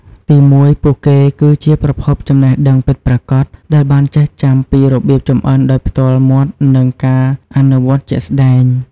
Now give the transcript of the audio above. ទីមួយ ពួកគេគឺជា ប្រភពចំណេះដឹងពិតប្រាកដ ដែលបានចេះចាំពីរបៀបចម្អិនដោយផ្ទាល់មាត់និងការអនុវត្តន៍ជាក់ស្តែង។